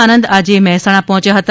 આનંદ આજે મહેસાણા પહોંચ્યા હતા